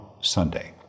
Sunday